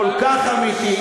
כל כך אמיתית,